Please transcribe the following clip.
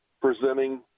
presenting